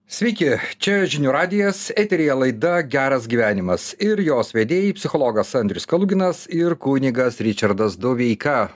sveiki čia žinių radijas eteryje laida geras gyvenimas ir jos vedėjai psichologas andrius kaluginas ir kunigas ričardas doveika